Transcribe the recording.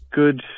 good